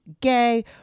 gay